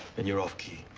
and you're off-key.